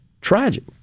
Tragic